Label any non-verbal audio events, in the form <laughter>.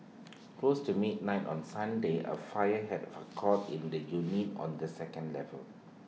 <noise> close to midnight on Sunday A fire had <unintelligible> core in the unit on the second level